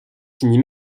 finit